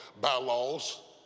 bylaws